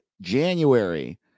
January